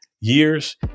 years